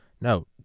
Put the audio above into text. No